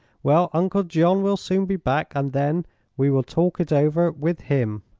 well, uncle john will soon be back, and then we will talk it over with him.